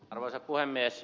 arvoisa puhemies